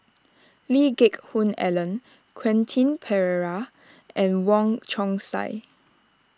Lee Geck Hoon Ellen Quentin Pereira and Wong Chong Sai